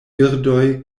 birdoj